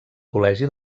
col·legi